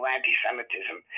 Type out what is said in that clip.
Anti-Semitism